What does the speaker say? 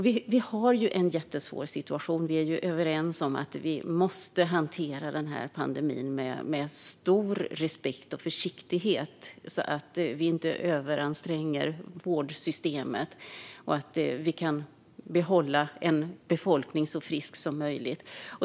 Vi har en jättesvår situation. Vi är överens om att vi måste hantera pandemin med stor respekt och försiktighet så att vi inte överanstränger vårdsystemet och så att vi kan behålla en så frisk befolkning som möjligt.